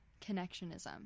connectionism